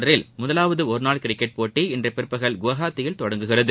தொடரில் முதலாவது ஒருநாள் கிரிக்கெட் போட்டி இன்று பிற்பகல் குவாஹாத்தியில் தொடங்குகிறது